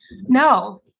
No